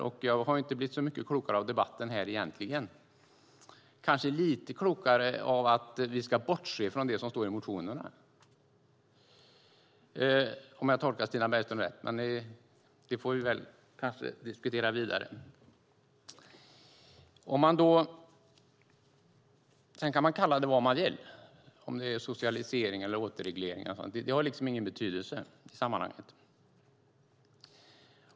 Och inte har jag blivit så mycket klokare av debatten här - ja, kanske lite klokare av att vi ska bortse från det som står i motionerna, om jag tolkar Stina Bergström rätt. Det får vi kanske diskutera vidare. Man kan kalla det för vad man vill - socialisering eller återreglering. Det har liksom ingen betydelse i sammanhanget.